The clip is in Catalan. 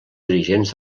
dirigents